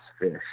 fish